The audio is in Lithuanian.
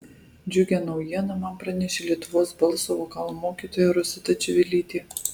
džiugią naujieną man pranešė lietuvos balso vokalo mokytoja rosita čivilytė